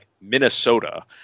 Minnesota